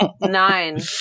nine